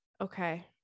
Okay